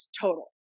total